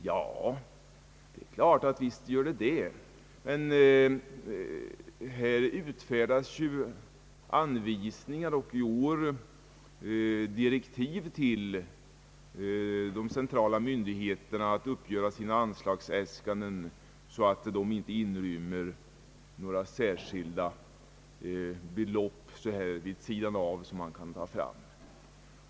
Ja, visst är det så, men nu utfärdas ju anvisningar och i år direktiv till de centrala myndigheterna att uppgöra sina anslagsäskanden så att de inte inrymmer några särskilda belopp som man kan ta fram så här vid sidan om.